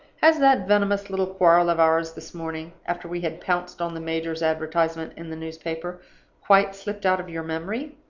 has that venomous little quarrel of ours this morning after we had pounced on the major's advertisement in the newspaper quite slipped out of your memory?